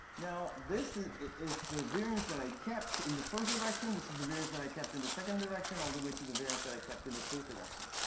now, this is is the variance that i kept in the first direction. this is the variance that i kept in the second direction, all the way to the variance that i kept in the k-th direction.